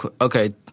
okay